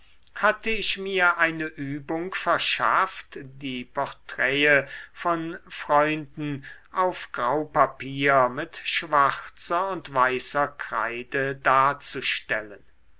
hatte ich mir eine übung verschafft die porträte von freunden auf grau papier mit schwarzer und weißer kreide darzustellen